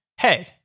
hey